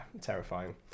terrifying